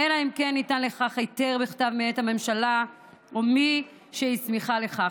אלא אם כן ניתן לכך היתר בכתב מאת הממשלה או מי שהיא הסמיכה לכך.